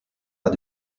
pas